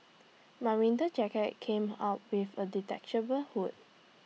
my winter jacket came out with A detachable hood